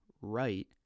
right